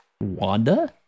Wanda